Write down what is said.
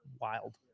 wild